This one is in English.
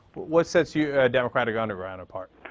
what sets you, democratic underground, apart?